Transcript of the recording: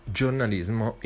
giornalismo